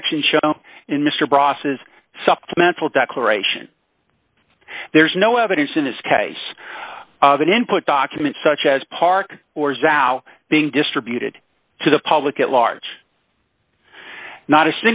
section show in mr bross is supplemental declaration there is no evidence in this case of an input document such as park orders out being distributed to the public at large not a